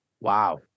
Wow